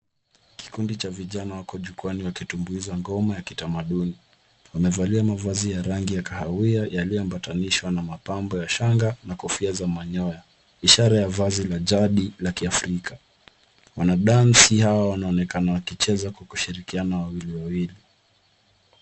Kikundi cha vijana wako jukwani wakitumbuiza ngoma ya kitamaduni. Wamevalia mavazi ya rangi ya kahawia yaliyoambatanishwa na mapambo ya shanga na kofia za manyoya. Ishara ya vazi la jadi la kiafrika. Wanadansi hao na wanaonekana wakicheza kwa kushirikiana wawili wawili.